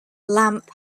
lamp